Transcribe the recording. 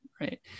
Right